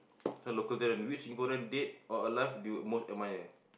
this one local talent which Singaporean dead or alive do you most admire